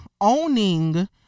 owning